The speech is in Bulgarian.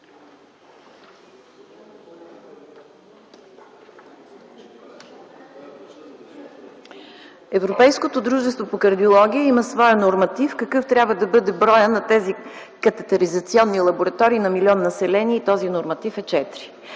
има своя норматив какъв трябва да бъде броят на катетеризационните лаборатории на милион население. Този норматив е